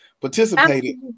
participated